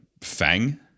FANG